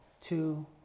Two